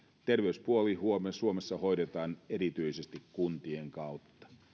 terveyspuoli suomessa hoidetaan erityisesti kuntien kautta